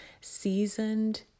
seasoned